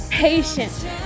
patient